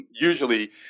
usually